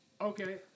Okay